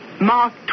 Mark